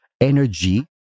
energy